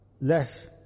Less